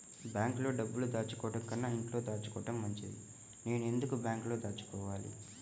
బ్యాంక్లో డబ్బులు దాచుకోవటంకన్నా ఇంట్లో దాచుకోవటం మంచిది నేను ఎందుకు బ్యాంక్లో దాచుకోవాలి?